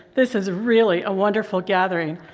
this is really a wonderful gathering.